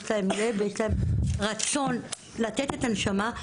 ורצון לתת את הנשמה.